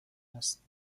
است